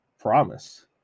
promise